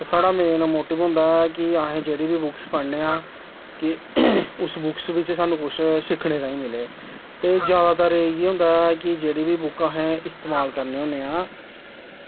ते साढ़ा main motive होंदा कि अस जेह्ड़ी बी बुक्स पढ़ने आं कि उस बुक्स बिच्च सानूं कुछ सिक्खने ताहीं मिलै ते जादातर इ'यै होंदा कि जेह्ड़ी बी बुक अस इस्तमाल करने होन्ने आं